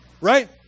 Right